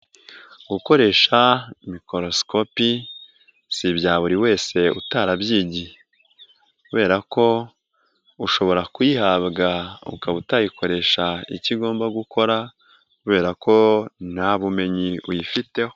Gukoresha mikorosikopi, si ibya buri wese utarabyigiye kubera ko ushobora kuyihabwa ukaba utayikoresha icyo ugomba gukora kubera ko nta bumenyi uyifiteho.